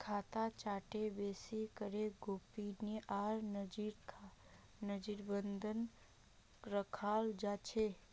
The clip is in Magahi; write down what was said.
खाता चार्टक बेसि करे गोपनीय आर नजरबन्द रखाल जा छे